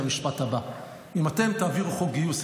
את המשפט הבא: אם אתם תעבירו חוק גיוס,